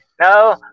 No